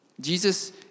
Jesus